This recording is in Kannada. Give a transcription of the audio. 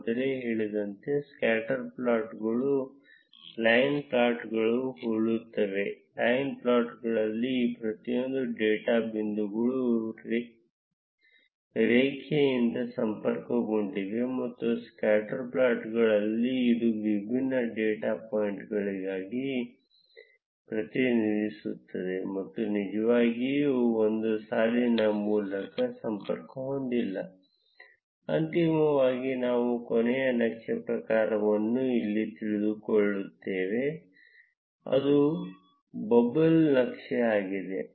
ಮೊದಲೇ ಹೇಳಿದಂತೆ ಸ್ಕ್ಯಾಟರ್ ಪ್ಲಾಟ್ಗಳು ಲೈನ್ ಪ್ಲಾಟ್ಗಳಿಗೆ ಹೋಲುತ್ತವೆ ಲೈನ್ ಪ್ಲಾಟ್ಗಳಲ್ಲಿ ಈ ಪ್ರತಿಯೊಂದು ಡೇಟಾ ಬಿಂದುಗಳು ರೇಖೆಯಿಂದ ಸಂಪರ್ಕಗೊಂಡಿವೆ ಆದರೆ ಸ್ಕ್ಯಾಟರ್ ಪ್ಲಾಟ್ಗಳಲ್ಲಿ ಇದು ವಿಭಿನ್ನ ಡೇಟಾ ಪಾಯಿಂಟ್ಗಳಾಗಿ ಪ್ರತಿನಿಧಿಸುತ್ತದೆ ಮತ್ತು ನಿಜವಾಗಿಯೂ ಒಂದು ಸಾಲಿನ ಮೂಲಕ ಸಂಪರ್ಕ ಹೊಂದಿಲ್ಲ ಅಂತಿಮವಾಗಿ ನಾನು ಕೊನೆಯ ನಕ್ಷೆ ಪ್ರಕಾರವನ್ನು ಇಲ್ಲಿ ತಿಳಿದುಕೊಳ್ಳುತ್ತೇವೆ ಅದು ಬಬಲ್ ನಕ್ಷೆ ಆಗಿದೆ